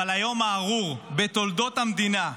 אבל היום הארור בתולדות המדינה,